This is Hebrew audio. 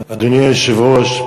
אדוני היושב-ראש,